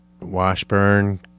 Washburn